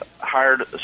hired